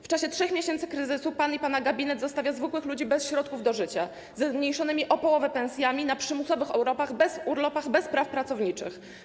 W czasie 3 miesięcy kryzysu pan i pana gabinet zostawiacie zwykłych ludzi bez środków do życia, ze zmniejszonymi o połowę pensjami, na przymusowych urlopach, bez praw pracowniczych.